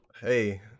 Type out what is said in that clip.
hey